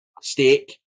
steak